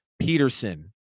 Peterson